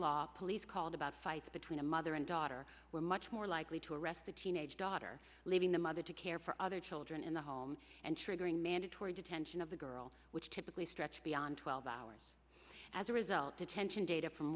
law police called about fights between a mother and daughter were much more likely to arrest the teenage daughter leaving the mother to care for other children in the home and triggering mandatory detention of the girl which typically stretched beyond twelve hours as a result detention data from